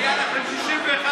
היו לכם 61 ביד,